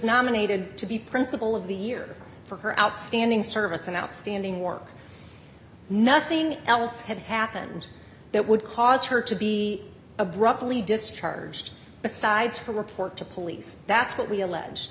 nominated to be principal of the year for her outstanding service and outstanding work nothing else had happened that would cause her to be abruptly discharged besides her report to police that's what we allege